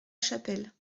chapelle